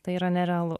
tai yra nerealu